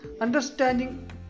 understanding